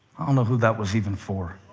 um know who that was even for.